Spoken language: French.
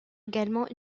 également